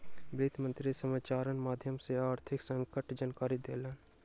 वित्त मंत्री समाचारक माध्यम सॅ आर्थिक संकटक जानकारी देलैन